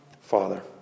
Father